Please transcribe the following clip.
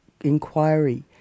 inquiry